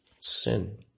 Sin